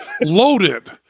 loaded